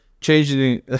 changing